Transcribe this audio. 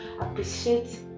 appreciate